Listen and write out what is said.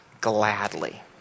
gladly